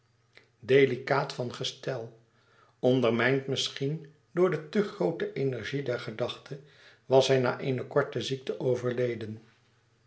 delicaat van gestel ondermijnd misschien door de te groote energie der gedachte was hij na eene korte ziekte overleden